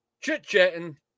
chit-chatting